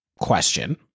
question